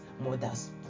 mothers